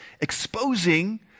exposing